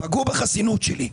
פגעו בחסינות שלי.